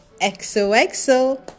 XOXO